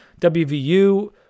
wvu